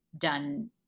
done